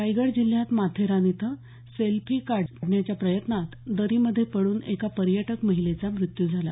रायगड जिल्ह्यात माथेरान इथं सेल्फी काढण्याच्या प्रयत्नात दरी मध्ये पडून एका पर्यटक महिलेचा मृत्यू झाला